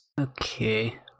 okay